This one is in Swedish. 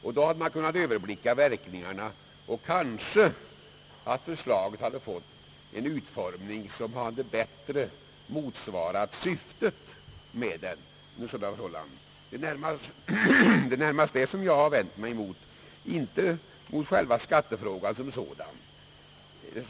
Då hade vi bättre kunnat överblicka verkningarna, och kanske förslaget då också hade fått en utformning som bättre motsvarat syftet med lagstiftningen. Det är närmast detta jag har vänt mig mot och inte mot skattefrågan som sådan.